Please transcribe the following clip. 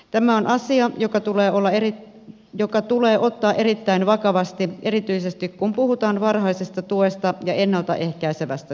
tämä on asia joka tulee ottaa erittäin vakavasti erityisesti kun puhutaan varhaisesta tuesta ja ennalta ehkäisevästä työstä